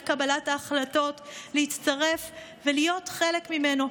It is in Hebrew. קבלת ההחלטות להצטרף ולהיות חלק ממנו,